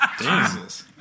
Jesus